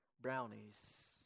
brownies